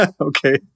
Okay